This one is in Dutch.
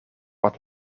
wat